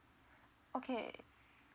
okay